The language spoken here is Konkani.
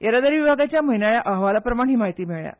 येरादारी विभागाच्या म्हयनाळ्या अहवाला प्रमाण ही माहिती मेळळ्या